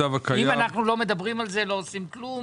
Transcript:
אם אנחנו לא מדברים על זה, לא עושים כלום